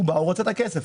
הם רוצים את הכסף.